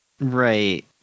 Right